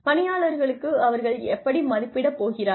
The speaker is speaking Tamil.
பணியாளர்களுக்கு அவர்கள் எப்படி மதிப்பிடப்படப் போகிறார்கள்